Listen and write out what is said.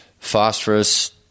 phosphorus